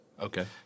Okay